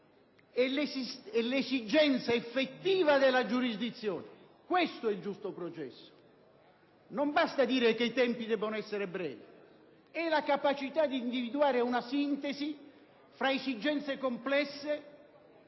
e l'esigenza effettiva della giurisdizione: questo è il giusto processo. Non basta dire che i tempi devono essere brevi: è la capacità di individuare una sintesi fra esigenze complesse e